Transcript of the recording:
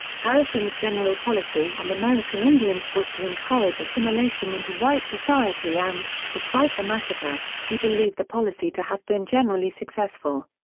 harrison's general policy on american indians was to encourage assimilation into white society and, despite the massacre, he believed the policy to have been generally successful.